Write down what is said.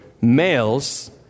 males